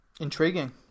Intriguing